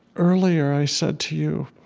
earlier, i said to you